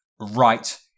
right